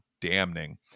damning